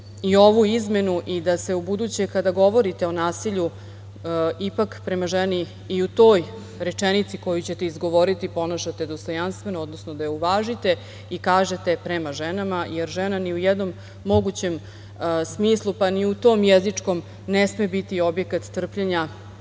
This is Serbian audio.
i ovu izmenu i da se ubuduće kada govorite o nasilju ipak prema ženi i u toj rečenici koju ćete izgovoriti ponašate dostojanstveno, odnosno da je uvažite i kažete prema ženama jer žena ni u jednom mogućem smislu pa ni u tom jezičkom ne sme biti objekat trpljenja